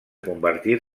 convertir